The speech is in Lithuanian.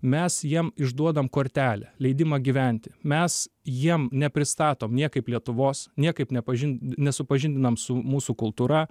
mes jiem išduodam kortelę leidimą gyventi mes jiem nepristatom niekaip lietuvos niekaip nepažind nesupažindinam su mūsų kultūra